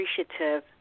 appreciative